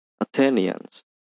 Athenians